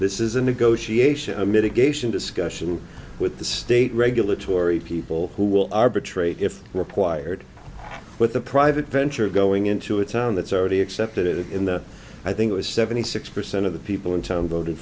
this is a negotiation mitigation discussion with the state regulatory people who will arbitrate if required with the private venture going into a town that's already accepted in the i think it was seventy six percent of the people in term voted